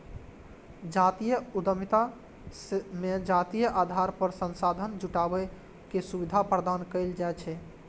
जातीय उद्यमिता मे जातीय आधार पर संसाधन जुटाबै के सुविधा प्रदान कैल जाइ छै